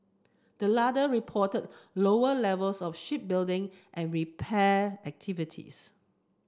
the latter reported lower levels of shipbuilding and repair activities